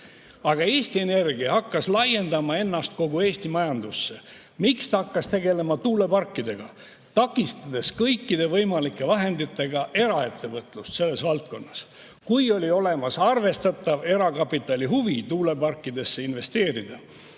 Aga Eesti Energia hakkas laiendama ennast kogu Eesti majandusse. Miks ta hakkas tegelema tuuleparkidega, takistades kõikide võimalike vahenditega eraettevõtlust selles valdkonnas, kui oli olemas arvestatav erakapitali huvi tuuleparkidesse investeerida?